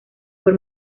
por